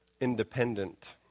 independent